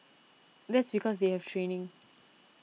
that's because they have training